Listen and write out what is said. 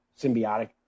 symbiotic